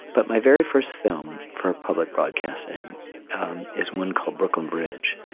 but my very first film for public broadcasting is one called brooklyn bridge.